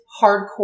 hardcore